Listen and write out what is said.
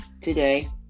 today